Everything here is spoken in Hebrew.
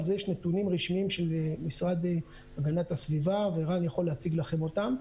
אל זה יש נתונים רשמיים של המשרד להגנת הסביבה וכן יכול להציג לכם אותם.